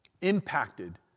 impacted